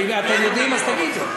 אם אתם יודעים אז תגידו.